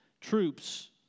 troops